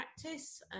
practice